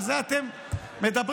על זה אתם מדברים.